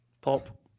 Pop